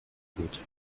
gut